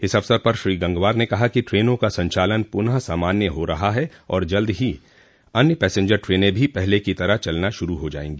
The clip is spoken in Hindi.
इस अवसर पर श्री गंगवार ने कहा कि ट्रेनों का संचालन पुनः सामान्य हो रहा है और जल्द ही अन्य पैसेंजर टने भी पहले की तरह चलना शुरू हो जायेंगी